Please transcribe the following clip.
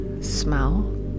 smell